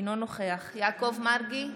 אינו נוכח יעקב מרגי,